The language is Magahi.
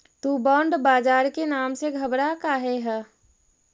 तु बॉन्ड बाजार के नाम से घबरा काहे ह?